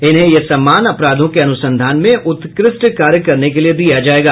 इन्हें ये सम्मान अपराधों के अनुसंधान में उत्कृष्ट कार्य करने के लिए दिया जायेगा